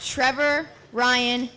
trevor ryan